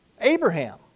Abraham